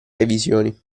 revisioni